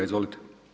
Izvolite.